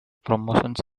promotions